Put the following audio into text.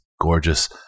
gorgeous